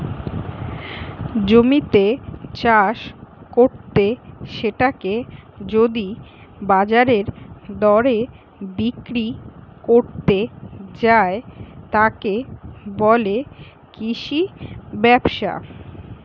জমিতে চাষ কত্তে সেটাকে যদি বাজারের দরে বিক্রি কত্তে যায়, তাকে বলে কৃষি ব্যবসা